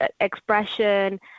expression